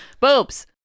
Boobs